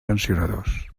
sancionadors